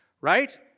right